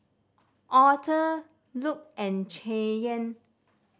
Author Luc and Cheyenne